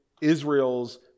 Israel's